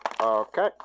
Okay